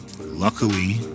Luckily